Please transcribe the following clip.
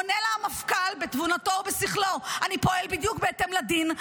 עונה לה המפכ"ל בתבונתנו ובשכלו: אני פועל בדיוק בהתאם לדין.